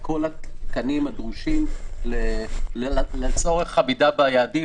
כל התקנים הדרושים לצורך עמידה ביעדים,